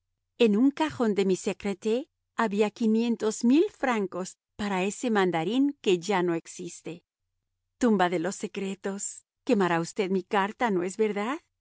en un cajón de mi secreter había quinientos mil francos para ese mandarín que ya no existe tumba de los secretos quemará usted mi carta no es verdad